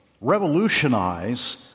revolutionize